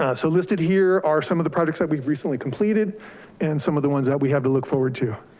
ah so listed here are some of the projects that we've recently completed and some of the ones that we have to look forward to.